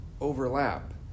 overlap